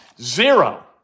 Zero